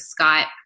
Skype